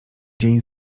dzień